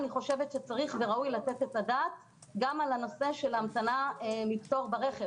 אני חושבת שצריך וראוי לתת את הדעת גם על הנושא של המתנה מפטור ברכב